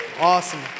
Awesome